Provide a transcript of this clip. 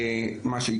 למה?